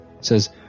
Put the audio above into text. says